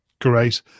Great